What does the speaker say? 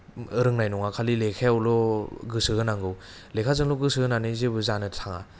रोंनाय नङा खालि लेखायावल' गोसो होनांगौ लेखाजोंल' गोसो होनानै जेबो जानो थाङा